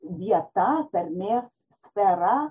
vieta tarmės sfera